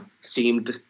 seemed